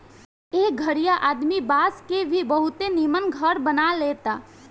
एह घरीया आदमी बांस के भी बहुते निमन घर बना लेता